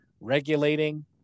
regulating